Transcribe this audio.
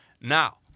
now